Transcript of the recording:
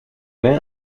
main